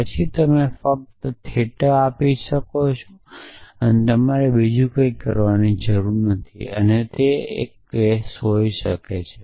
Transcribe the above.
પછી તમે ફક્ત થેટા પાછા આપી શકો છો તમારે કંઈપણ કરવાની જરૂર નથી તે કેસ હોઈ શકે છે